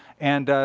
and